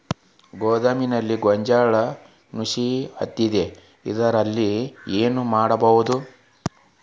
ಗೋದಾಮಿನಲ್ಲಿ ಗೋಂಜಾಳ ನುಸಿ ಹತ್ತದೇ ಇರಲು ಏನು ಮಾಡುವುದು?